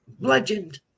Legend